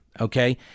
okay